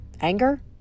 Anger